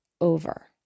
over